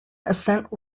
ascent